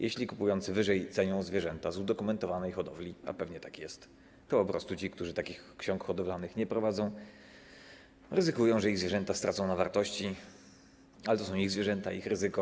Jeśli kupujący wyżej cenią zwierzęta z udokumentowanej hodowli, a pewnie tak jest, to po prostu ci, którzy takich ksiąg hodowlanych nie prowadzą, ryzykują, że ich zwierzęta stracą na wartości, ale to są ich zwierzęta, ich ryzyko.